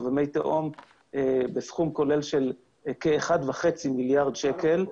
ומי תהום בסכום כולל של כ-1.5 מיליארד שקלים.